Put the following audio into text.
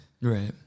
Right